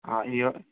అయ్యో